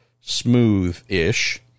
smooth-ish